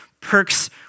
perks